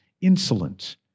insolent